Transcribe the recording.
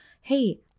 hey